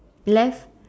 left